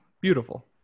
beautiful